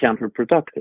counterproductive